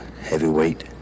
heavyweight